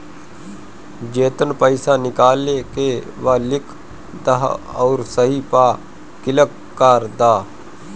जेतना पइसा निकाले के बा लिख दअ अउरी सही पअ क्लिक कअ दअ